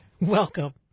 Welcome